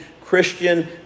Christian